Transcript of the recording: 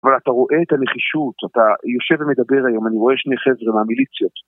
אבל אתה רואה את הנחישות, אתה יושב ומדבר היום, אני רואה שני חבר'ה מהמיליציות.